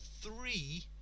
three